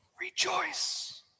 Rejoice